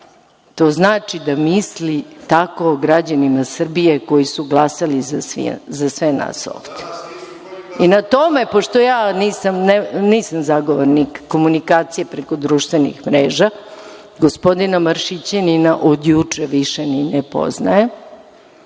to znači da misli tako o građanima Srbije koji su glasali za sve nas ovde. Prema tome, pošto ja nisam zagovornik komunikacije preko društvenih mreža, gospodina Maršićanina od juče više ni ne poznajem,